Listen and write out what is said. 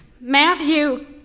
Matthew